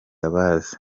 abazi